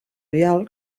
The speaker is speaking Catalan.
vial